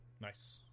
Nice